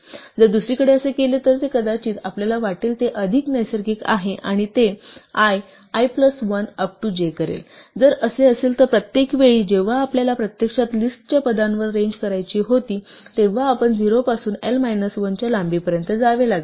जर दुसरीकडे असे केले तर जे कदाचित आपल्याला वाटेल ते अधिक नैसर्गिक आहे आणि ते i i plus 1 up to j करेल जर असे असेल तर प्रत्येक वेळी जेव्हा आपल्याला प्रत्यक्षात लिस्ट च्या पदांवर रेंज करायची होती तेव्हा आपण 0 पासून l मायनस 1 च्या लांबीपर्यंत जावे लागेल